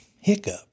hiccup